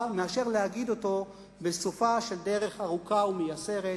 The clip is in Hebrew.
מאשר להגיד אותו בסופה של דרך ארוכה מייסרת,